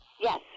Yes